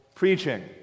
preaching